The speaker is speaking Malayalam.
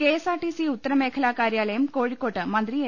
K S R T C ഉത്തരമേഖലാ കാര്യാലയം കോഴി ക്കോട്ട് മന്ത്രി എ